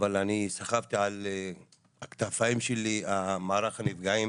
אבל אני סחבתי על הכתפיים שלי את מערך הנפגעים,